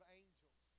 angels